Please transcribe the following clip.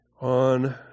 On